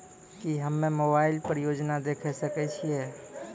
की हम्मे मोबाइल पर योजना देखय सकय छियै?